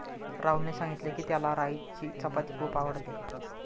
राहुलने सांगितले की, त्याला राईची चपाती खूप आवडते